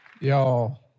Y'all